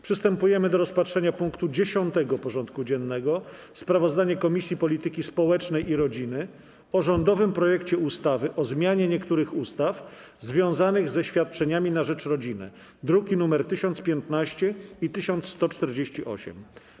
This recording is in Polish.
Przystępujemy do rozpatrzenia punktu 10. porządku dziennego: Sprawozdanie Komisji Polityki Społecznej i Rodziny o rządowym projekcie ustawy o zmianie niektórych ustaw związanych ze świadczeniami na rzecz rodziny (druki nr 1015 i 1148)